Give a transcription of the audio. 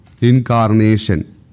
Incarnation